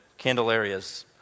Candelarias